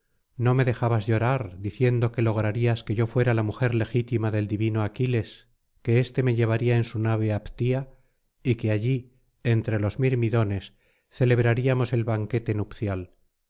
no me dejabas llorar diciendo que lograrías que yo fuera la mujer legítima del divino aquiles que éste me llevaría en su nave á ptía y que allí entre los mirmidones celebraríamos el banquete nupcial